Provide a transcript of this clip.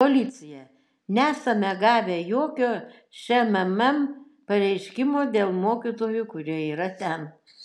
policija nesame gavę jokio šmm pareiškimo dėl mokytojų kurie yra ten